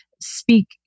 speak